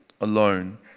alone